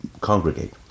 congregate